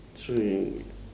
so you